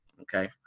Okay